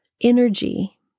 energy